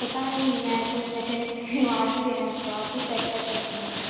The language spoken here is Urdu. پتا نہیں میں تو میکینک آپ ہی ہیں تو آپ ہی چیک ہیں